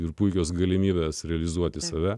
ir puikios galimybės realizuoti save